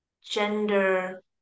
gender